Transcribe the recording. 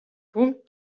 punkt